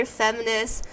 feminist